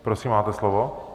Prosím, máte slovo.